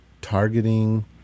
targeting